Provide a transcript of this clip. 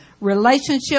relationship